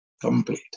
complete